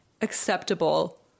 acceptable